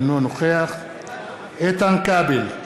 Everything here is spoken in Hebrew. אינו נוכח איתן כבל,